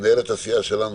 מנהלת הסיעה שלנו,